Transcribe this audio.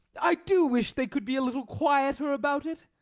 i do wish they could be a little quieter about it.